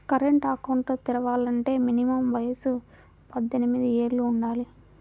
current account తెరవాలంటే minimum వయసు పద్దెనిమిది యేళ్ళు వుండాలి